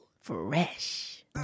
Fresh